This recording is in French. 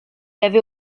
avait